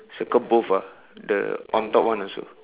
circle both ah the on top one also